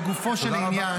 לגופו של עניין,